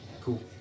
Cool